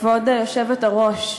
כבוד היושבת-ראש,